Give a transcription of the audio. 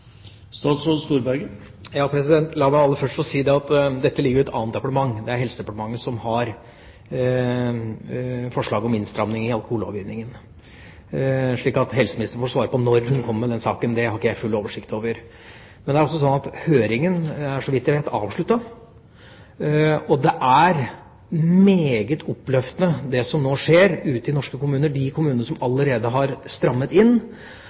La meg aller først få si at dette ligger til et annet departement, det er Helse- og omsorgsdepartementet som har forslag om innstramminger i alkohollovgivningen. Det er helseministeren som får svare når hun kommer med den saken, dette har ikke jeg full oversikt over. Men høringen er, så vidt jeg vet, avsluttet, og det er meget oppløftende det som nå skjer ute i norske kommuner. De kommunene som allerede har strammet inn,